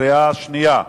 בקריאה שנייה.